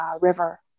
river